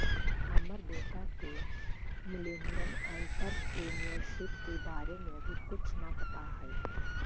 हमर बेटा के मिलेनियल एंटेरप्रेन्योरशिप के बारे में अभी कुछो न पता हई